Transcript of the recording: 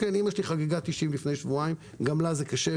אימא שלי חגגה 90 לפני שבועיים, גם לה זה קשה.